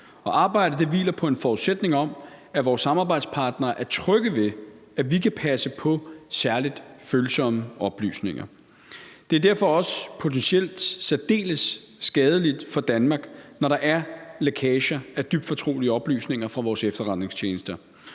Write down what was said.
arbejdet hviler på en forudsætning om, at vores samarbejdspartnere er trygge ved, at vi kan passe på særlig følsomme oplysninger. Det er derfor også potentielt særdeles skadeligt for Danmark, når der er lækager af dybt fortrolige oplysninger fra vores efterretningstjenester,